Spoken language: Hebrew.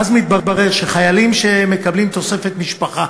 ואז מתברר שחיילים שמקבלים תוספת משפחה